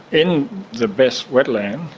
in the best wetland,